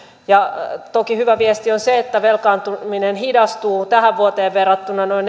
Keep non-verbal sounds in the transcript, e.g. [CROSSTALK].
toki hyvä viesti on se että velkaantuminen hidastuu tähän vuoteen verrattuna noin [UNINTELLIGIBLE]